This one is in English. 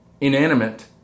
inanimate